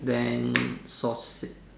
then sausage